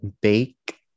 bake